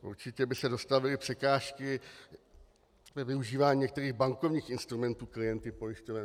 Určitě by se dostavily překážky ve využívání některých bankovních instrumentů klienty pojišťoven.